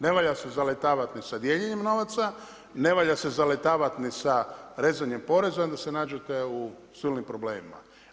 Ne valja se zaletavati ni sa dijeljenjem novaca, ne valja se zaletavati ni sa rezanjem poreza, onda se nađete u silnim problemima.